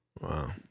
Wow